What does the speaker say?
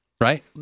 right